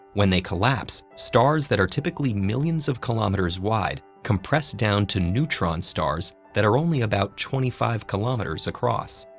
when they collapse, stars that are typically millions of kilometers wide compress down to neutron stars that are only about twenty five kilometers across.